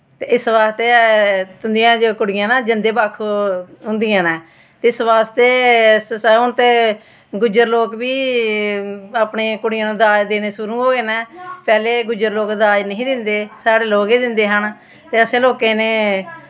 ते इस बास्तै तुंदियां जो कुड़ियां न जंदे बक्ख होंदियां न इस बास्तै हून ते गुज्जर लोग बी अपनी कुड़ियां नू दाज़ देना शुरू होए न पैह्लैं गुज्जर लोक दाज़ नेईं हे दिंदे साढ़े लोग गै दिंदे हैन ते असें लोकें ने